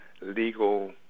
legal